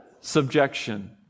subjection